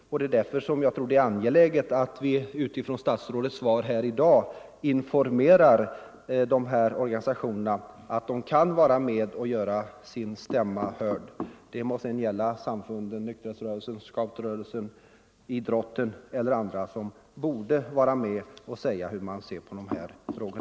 Jag menar att det är angeläget att vi utifrån statsrådets svar i dag informerar de här organisationerna om att de kan, och bör, vara med och göra sin stämma hörd — det må sedan gälla samfunden, nykterhetsrörelsen, scoutrörelsen, idrotten eller andra som borde vara med och säga hur de ser på dessa frågor.